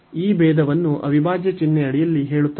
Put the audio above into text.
ಈ ಭೇದವನ್ನು ಅವಿಭಾಜ್ಯ ಚಿಹ್ನೆಯಡಿಯಲ್ಲಿ ಹೇಳುತ್ತದೆ